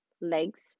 legs